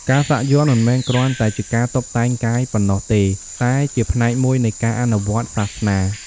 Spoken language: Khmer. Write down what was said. ការសាក់យ័ន្តមិនមែនគ្រាន់តែជាការតុបតែងកាយប៉ុណ្ណោះទេ តែជាផ្នែកមួយនៃការអនុវត្តន៍សាសនា។